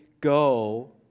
go